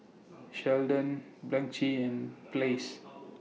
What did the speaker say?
Sheldon Blanchie and Blaise